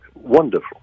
wonderful